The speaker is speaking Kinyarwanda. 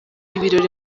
ibirori